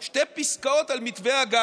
שתי פסקאות על מתווה הגז.